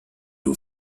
who